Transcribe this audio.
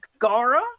Gara